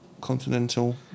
Continental